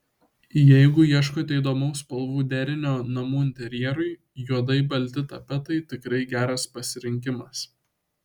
jeigu ieškote įdomaus spalvų derinio namų interjerui juodai balti tapetai tikrai geras pasirinkimas